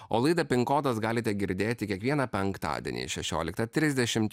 o laidą pin kodas galite girdėti kiekvieną penktadienį šešioliktą trisdešimt